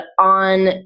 on